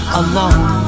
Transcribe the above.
alone